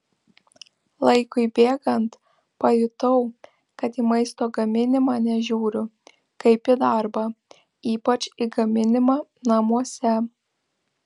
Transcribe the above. laikui bėgant pajutau kad į maisto gaminimą nežiūriu kaip į darbą ypač į gaminimą namuose